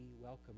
welcome